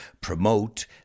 promote